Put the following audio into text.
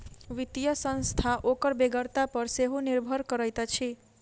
वित्तीय संस्था ओकर बेगरता पर सेहो निर्भर करैत अछि